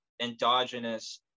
endogenous